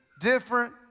different